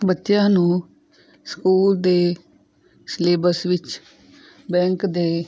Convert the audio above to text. ਬੱਚਿਆਂ ਨੂੰ ਸਕੂਲ ਦੇ ਸਿਲੇਬਸ ਵਿੱਚ ਬੈਂਕ ਦੇ